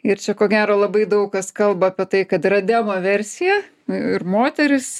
ir čia ko gero labai daug kas kalba apie tai kad yra demoversija ir moterys